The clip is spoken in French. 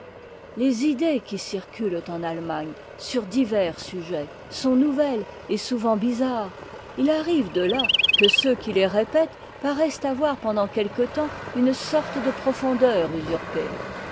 les idées qui circulent en allemagne sur divers sujets sont nouvelles et souvent bizarres il arrive de là que ceux qui les répètent paraissent avoir pendant quelque temps une sorte de profondeur usurpée